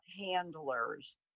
handlers